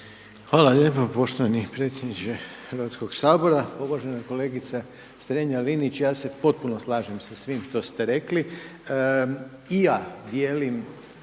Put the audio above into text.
Hvala lijepo poštovani predsjedniče Hrvatskoga sabora. Pa uvažena kolegice Strenja-Linić, ja se potpuno slažem sa svime što ste rekli. I ja dijelim